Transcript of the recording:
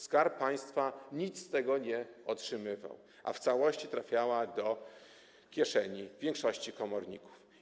Skarb Państwa nic z tego nie otrzymywał, w całości trafiała ona do kieszeni większości komorników.